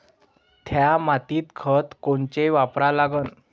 थ्या मातीत खतं कोनचे वापरा लागन?